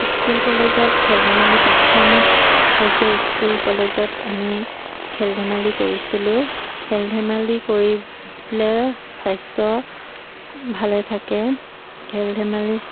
school কলেজত খেল ধেমালি প্ৰাথমিক পৰ্য্য়ায় স্কুল কলেজত আমি খেল ধেমালি কৰিছিলোঁ খেল ধেমালি কৰি পেলাই স্বাস্থ্য ভালে থাকে খেল ধেমালি